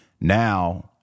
now